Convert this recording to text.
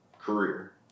career